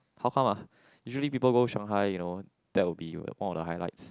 how come ah usually people go Shanghai you know that will be more of the highlights